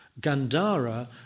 Gandhara